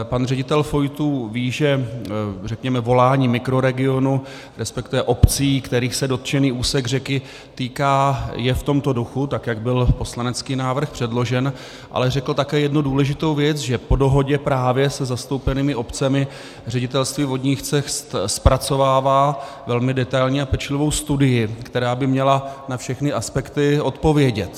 Pan ředitel Fojtů ví, že volání mikroregionu, resp. obcí, kterých se dotčený úsek řeky týká, je v tomto duchu, tak jak byl poslanecký návrh předložen, ale řekl také jednu důležitou věc, že právě po dohodě se zastoupenými obcemi Ředitelství vodních cest zpracovává velmi detailní a pečlivou studii, která by měla na všechny aspekty odpovědět.